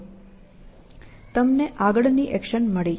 તમને આગળની એક્શન મળી